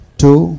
two